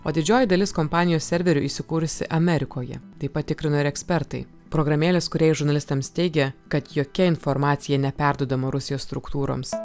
o didžioji dalis kompanijos serverių įsikūrusi amerikoje tai patikrino ir ekspertai programėlės kūrėjai žurnalistams teigė kad jokia informacija neperduodama rusijos struktūroms